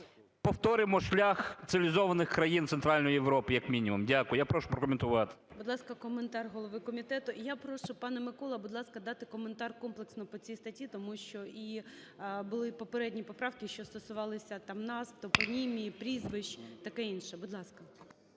повторимо шлях цивілізованих країн Центральної Європи як мінімум? Дякую. Я прошу прокоментувати. ГОЛОВУЮЧИЙ. Будь ласка, коментар голови комітету. Я прошу, пане Миколо, будь ласка, дати коментар комплексно по цій статті, тому що були і попередні поправки, що стосувалися, там, назв, топонімії, прізвищ таке інше. Будь ласка.